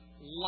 Life